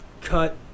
cut